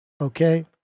okay